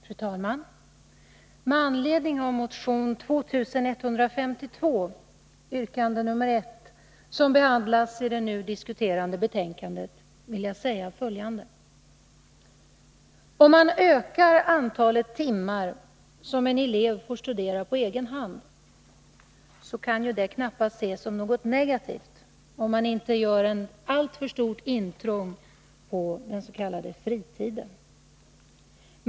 Fru talman! Med anledning av motion 2152, yrkande 1, som behandlas i det nu diskuterade betänkandet vill jag säga följande: Om man ökar antalet timmar som en elev får studera på egen hand, kan det knappast ses som något negativt, om man inte gör ett alltför stort intrång på den s.k. fritiden.